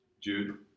Jude